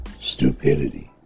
Stupidity